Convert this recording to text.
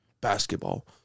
basketball